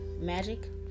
magic